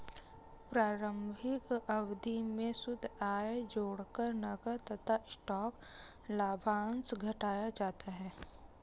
प्रारंभिक अवधि में शुद्ध आय जोड़कर नकद तथा स्टॉक लाभांश घटाया जाता है